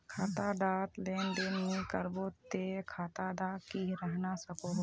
खाता डात लेन देन नि करबो ते खाता दा की रहना सकोहो?